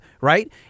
right